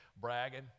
bragging